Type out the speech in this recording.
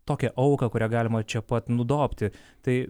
tokią auką kurią galima čia pat nudobti tai